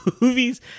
movies